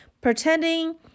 pretending